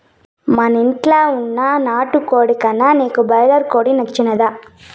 మనింట్ల వున్న నాటుకోడి కన్నా నీకు బాయిలర్ కోడి నచ్చినాదా